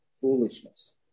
foolishness